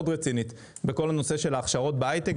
רצינית בכל הנושא של ההכשרות בהיי-טק,